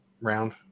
round